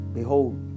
Behold